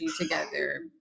together